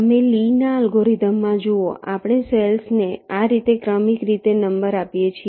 તમે લીના અલ્ગોરિધમમાં જુઓ આપણે સેલ્સ ને આ રીતે ક્રમિક રીતે નંબર આપીએ છીએ